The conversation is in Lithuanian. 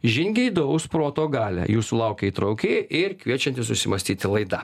žingeidaus proto galią jūsų laukia įtrauki ir kviečianti susimąstyti laida